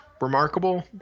Remarkable